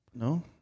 No